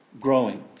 growing